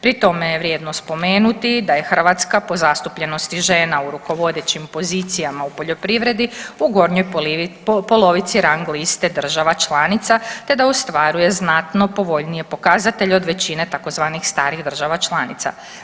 Pri tome je vrijedno spomenuti da je Hrvatska po zastupljenosti žena u rukovodećim pozicijama u poljoprivredi u gornjoj polovici rang liste država članica, te da ostvaruje znatno povoljnije pokazatelje od većine tzv. starih država članica.